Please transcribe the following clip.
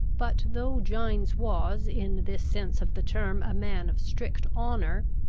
but, though gines was, in this sense of the term, a man of strict honour,